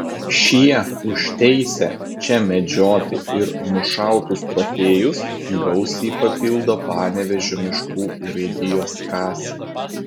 šie už teisę čia medžioti ir nušautus trofėjus gausiai papildo panevėžio miškų urėdijos kasą